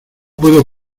puedo